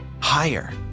higher